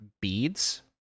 beads